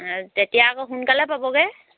তেতিয়া আকৌ সোনকালে পাবগৈ